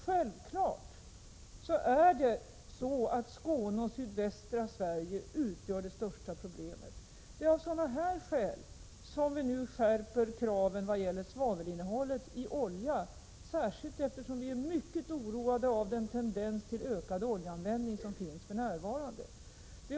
Självfallet utgör Skåne och sydvästra Sverige det största problemet. Vi skärper nu kraven vad gäller svavelinnehållet i oljan, eftersom vi är mycket oroade över den tendens till ökad oljeanvändning som finns för närvarande.